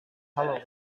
hollow